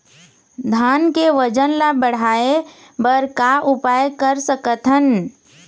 धान के वजन ला बढ़ाएं बर का उपाय कर सकथन?